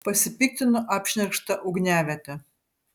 pasipiktino apšnerkšta ugniaviete